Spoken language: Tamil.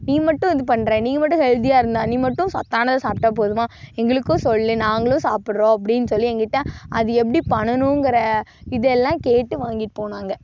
நீ மட்டும் இது பண்ணுற நீங்கள் மட்டும் ஹெல்தியாக இருந்தால் நீ மட்டும் சத்தானதாக சாப்பிடா போதுமா எங்களுக்கும் சொல்லு நாங்களும் சாப்பிட்றோம் அப்படினு சொல்லி எங்கிட்ட அது எப்படி பண்ணனுங்கிற இதெல்லாம் கேட்டு வாங்கிட்டு போனாங்க